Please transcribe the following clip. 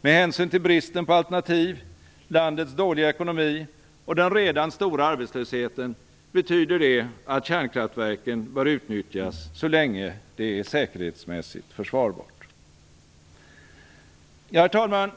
Med hänsyn till bristen på alternativ, landets dåliga ekonomi och den redan stora arbetslösheten betyder det att kärnkraftverken bör utnyttjas så länge det är säkerhetsmässigt försvarbart. Herr talman!